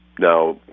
now